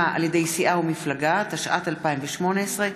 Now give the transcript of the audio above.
התשע"ט 2018,